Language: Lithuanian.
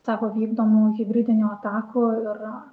savo vykdomų hibridinių atakų ir